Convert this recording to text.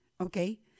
Okay